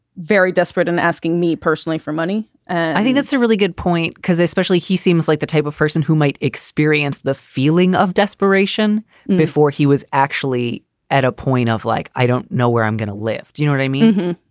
very desperate and asking me personally for money and i think that's a really good point because especially he seems like the type of person who might experience the feeling of desperation before he was actually at a point of like, i don't know where i'm going to live. do you know what i mean?